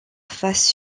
face